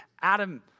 Adam